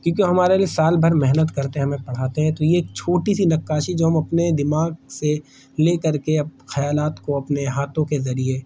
کیونکہ وہ ہمارے لیے سال بھر محنت کرتے ہیں ہمیں پڑھاتے ہیں تو یہ ایک چھوٹی سی نقاشی جو ہم اپنے دماغ سے لے کر کے خیالات کو اپنے ہاتھوں کے ذریعے